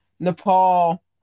Nepal